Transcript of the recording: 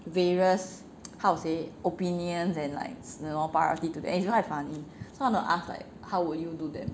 various how to say opinions and like you know priority to them and it's quite funny so I want to ask like how will you do then